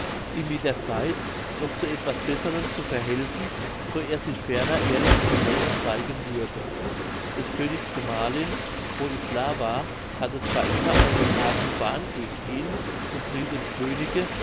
ihm mit der zeit noch zu etwas besserem zu verhelfen so er sich ferner ehrlich und treu erzeigen würde des königs gemahlin woislafa hatte zwar immer einen argen wahn gegen ihn und rieth dem könige